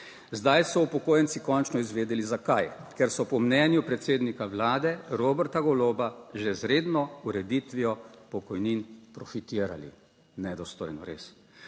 Zdaj so upokojenci končno izvedeli zakaj: ker so po mnenju predsednika Vlade Roberta Goloba že z redno ureditvijo pokojnin profitirali. Nedostojno res.